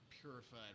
purified